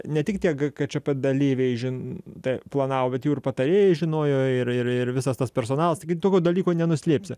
ne tik tiek gie ką čė pė dalyviai žin planavo bet jų ir patarėjai žinojo ir ir ir visas tas personalas taigi tokio dalyko nenuslėpsi